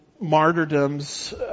martyrdoms